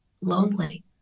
lonely